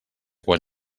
quan